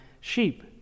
sheep